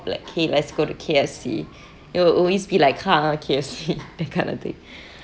like !hey! let's go to K_F_C it'll always be like ha K_F_C that kind of thing